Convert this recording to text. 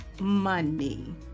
money